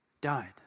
died